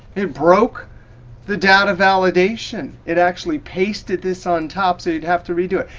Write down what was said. it broke the data validation. it actually pasted this on top so you'd have to redo it.